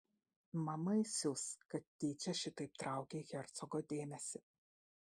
mama įsius kad tyčia šitaip traukei hercogo dėmesį